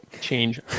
change